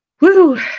Woo